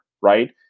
right